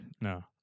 no